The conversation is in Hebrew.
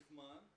מזמן.